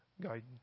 guidance